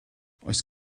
oes